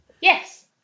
yes